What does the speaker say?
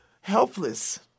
helpless